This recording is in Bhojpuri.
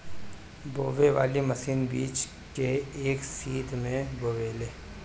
बोवे वाली मशीन बीज के एक सीध में बोवेले